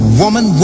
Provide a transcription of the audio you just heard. woman